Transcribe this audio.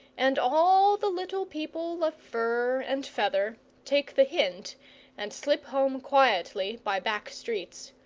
and all the little people of fur and feather take the hint and slip home quietly by back streets.